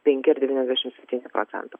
penki ir devyniasdešim septyni procento